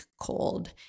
cold